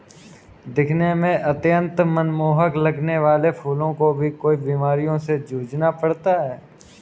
दिखने में अत्यंत मनमोहक लगने वाले फूलों को भी कई बीमारियों से जूझना पड़ता है